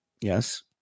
Yes